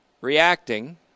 reacting